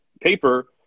paper